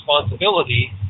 responsibility